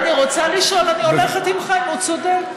לא, אני רוצה לשאול, אני הולכת עם חיים, הוא צודק.